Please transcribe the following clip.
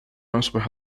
أصبح